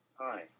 Hi